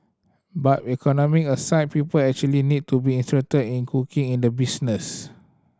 but economic aside people actually need to be interested in cooking in the business